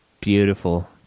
Beautiful